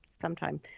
sometime